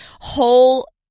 whole